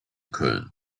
köln